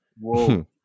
Whoa